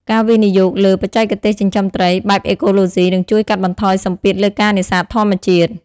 ការវិនិយោគលើ បច្ចេកទេសចិញ្ចឹមត្រី បែបអេកូឡូស៊ីនឹងជួយកាត់បន្ថយសម្ពាធលើការនេសាទធម្មជាតិ។